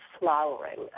flowering